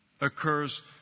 occurs